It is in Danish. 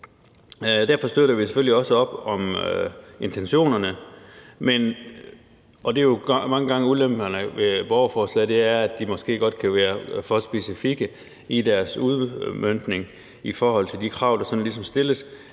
Derfor støtter vi selvfølgelig også op om intentionerne, og det, der jo mange gange er en ulempe ved borgerforslagene, er, at de måske godt kan være for specifikke i deres udmøntning i forhold til de krav, der sådan ligesom stilles,